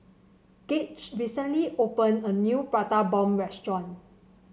Gauge recently opened a new Prata Bomb restaurant